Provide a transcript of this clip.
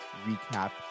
Recap